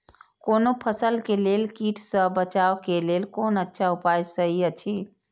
कोनो फसल के लेल कीट सँ बचाव के लेल कोन अच्छा उपाय सहि अछि?